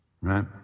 right